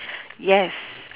yes